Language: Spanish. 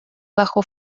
bajo